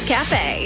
Cafe